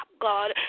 God